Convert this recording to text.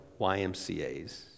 YMCAs